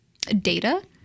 data